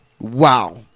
Wow